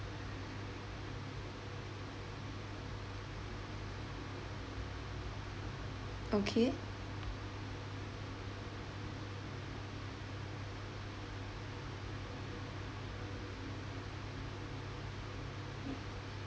okay